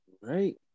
right